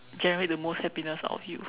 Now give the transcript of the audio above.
generate the most happiness out of you